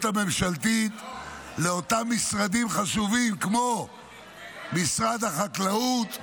הממשלתית לאותם משרדים חשובים כמו משרד החקלאות,